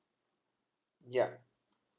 ya